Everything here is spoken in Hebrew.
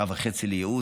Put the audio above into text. שעה וחצי לייעוץ.